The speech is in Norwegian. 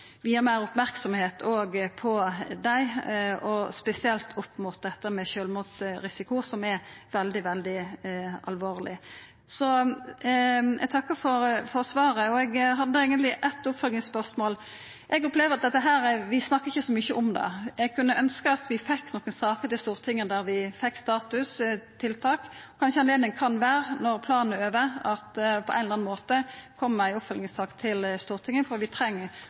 meir merksemd òg mot dei, spesielt opp mot sjølvmordsrisiko, som er veldig alvorleg. Eg takkar for svaret og har eitt oppfølgingsspørsmål. Eg opplever at dette snakkar vi ikkje så mykje om. Eg kunne ønskt at vi fekk nokre saker til Stortinget der vi fekk status og tiltak. Kanskje eit høve kan vera når planen er over, at det på ein eller annan måte kjem ei oppfølgingssak til Stortinget, for vi treng